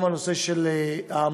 כאמור, גם הנושא של האמוניה,